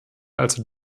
also